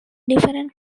different